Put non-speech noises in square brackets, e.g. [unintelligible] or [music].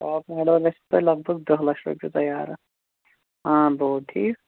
top model گژھِو تۄہہِ لگ بگ دہ لَچھ رۄپیہِ تَیار اَتھ [unintelligible] ٹھیٖک